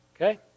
Okay